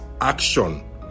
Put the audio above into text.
action